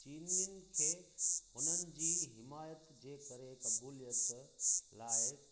चीनियुनि खे हुननि जी हिमायत जे करे क़बूलियत लाइ